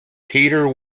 peter